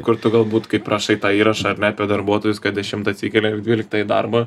kur tu galbūt kaip rašai tą įrašą ar ne apie darbuotojus kad dešimtą atsikelia ir dvyliktą į darbą